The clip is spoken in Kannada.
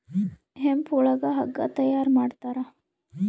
ಹೆಂಪ್ ಒಳಗ ಹಗ್ಗ ತಯಾರ ಮಾಡ್ತಾರ